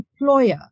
employer